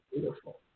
beautiful